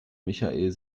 michael